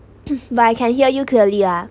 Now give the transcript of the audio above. but I can hear you clearly ah